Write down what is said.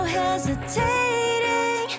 hesitating